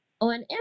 on